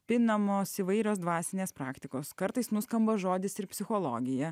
pinamos įvairios dvasinės praktikos kartais nuskamba žodis ir psichologija